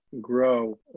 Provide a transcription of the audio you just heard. grow